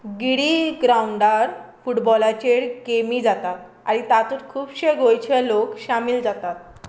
giddy ग्रावंडार फुटबॉलाचेर गॅमी जाता आनी तातूंत खुबशे गोंयचे लोक शामील जातात